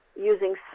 using